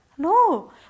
No